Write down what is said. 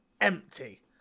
empty